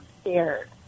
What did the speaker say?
scared